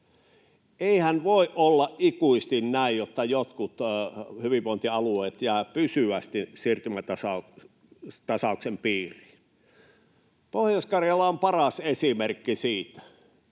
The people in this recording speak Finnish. Eihän voi olla ikuisesti näin, että jotkut hyvinvointialueet jäävät pysyvästi siirtymätasauksen piiriin. Pohjois-Karjala on paras esimerkki siitä.